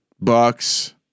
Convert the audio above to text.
Bucks